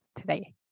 today